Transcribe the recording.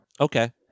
Okay